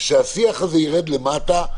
שהשיח הזה ירד למטה,